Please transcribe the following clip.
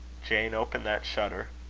jane, open that shutter.